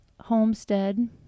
homestead